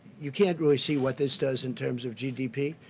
you can't really see what this does in terms of gdp.